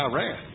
Iran